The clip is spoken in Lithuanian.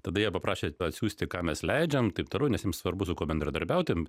tada jie paprašė atsiųsti ką mes leidžiam taip toliau nes jiems svarbu su kuo bendradarbiauti